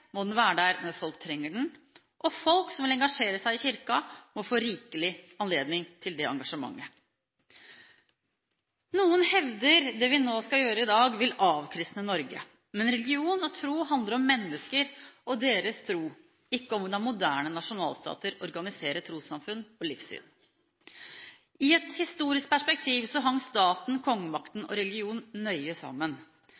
må den være der når folk trenger den. Og folk som vil engasjere seg i kirken, må få rikelig anledning til det engasjementet. Noen hevder at det vi skal gjøre nå i dag, vil avkristne Norge, men religion og tro handler om mennesker og deres tro, ikke om hvordan moderne nasjonalstater organiserer trossamfunn og livssyn. I et historisk perspektiv